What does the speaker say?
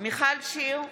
מיכל שיר סגמן,